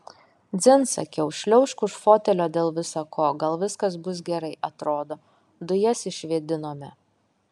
dzin sakiau šliaužk už fotelio dėl visa ko gal viskas bus gerai atrodo dujas išvėdinome